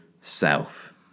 self